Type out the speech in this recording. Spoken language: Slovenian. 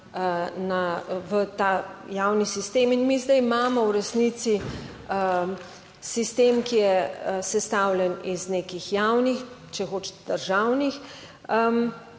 v ta javni sistem. Mi zdaj imamo v resnici sistem, ki je sestavljen iz nekih javnih, če hočete državnih